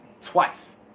Twice